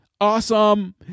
Awesome